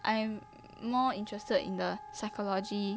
like I'm more interested in the psychology